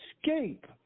escape